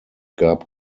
gab